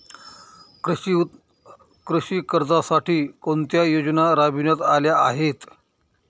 कृषी कर्जासाठी कोणत्या योजना राबविण्यात आल्या आहेत?